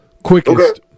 quickest